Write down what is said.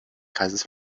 kreises